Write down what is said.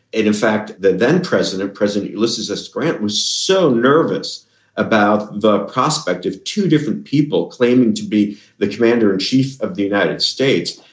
in in fact, the then president, president ulysses s. grant, was so nervous about the prospect of two different people claiming to be the commander in chief of the united states,